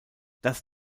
das